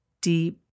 deep